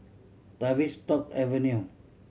Tavistock Avenue